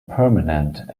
permanent